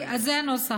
זה הנוסח.